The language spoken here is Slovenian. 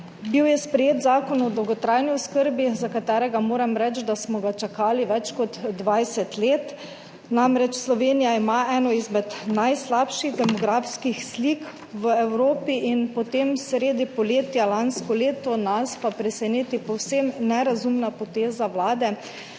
je bil Zakon o dolgotrajni oskrbi, za katerega moram reči, da smo ga čakali več kot 20 let, namreč Slovenija ima eno izmed najslabših demografskih slik v Evropi. Potem nas pa sredi poletja lansko leto preseneti povsem nerazumna poteza Vlade,